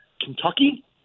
Kentucky